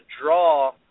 draw